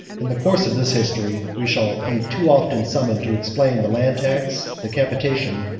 in the course of this history, we shall be too often summoned to explain the land tax, the capitation,